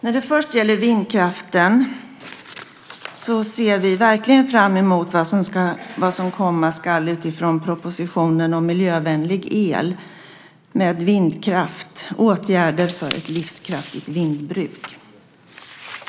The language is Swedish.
När det gäller vindkraften ser vi verkligen fram emot vad som komma skall utifrån propositionen Miljövänlig el med vindkraft - åtgärder för ett livskraftigt vindbruk .